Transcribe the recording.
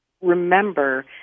remember